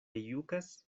jukas